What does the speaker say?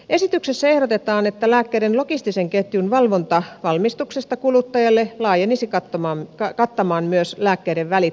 esityksessä ehdotetaan että lääkkeiden logistisen ketjun valvonta valmistuksesta kuluttajalle laajenisi kattamaan myös lääkkeiden välittäjät